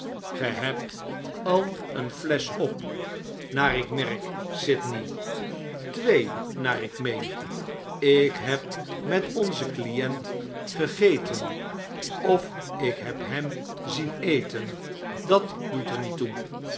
ge hebt al eene flesch op naar ik merk sydney twee naar ik meen ik heb met onzen client gegeten of ik heb hem zien eten dat doet er niet toe